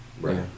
Right